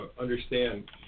understand